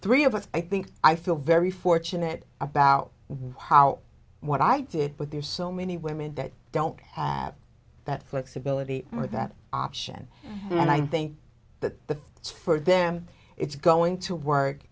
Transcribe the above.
three of us i think i feel very fortunate about wow what i did but there are so many women that don't have that flexibility with that option and i think that the it's for them it's going to work